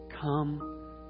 Come